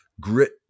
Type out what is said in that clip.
grit